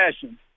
fashion